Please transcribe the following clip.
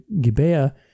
Gibeah